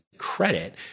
Credit